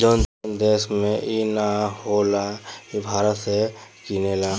जवन देश में ई ना होला उ भारत से किनेला